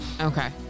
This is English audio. Okay